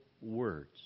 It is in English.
words